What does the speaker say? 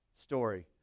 story